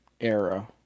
era